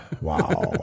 Wow